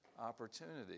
opportunity